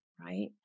Right